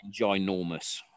ginormous